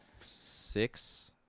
six